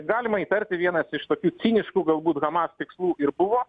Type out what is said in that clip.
galima įtarti vienas iš tokių ciniškų galbūt hamas tikslų ir buvo